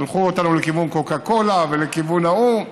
שלחו אותנו לכיוון קוקה קולה ולכיוון ההוא.